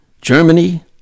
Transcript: Germany